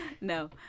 no